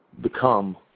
become